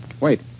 Wait